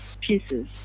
pieces